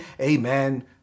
amen